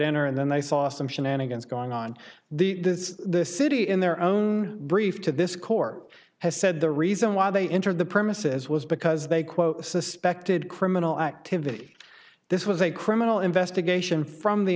enter and then they saw some shenanigans going on the the city in their own brief to this court has said the reason why they entered the premises was because they quote suspected criminal activity this was a criminal investigation from the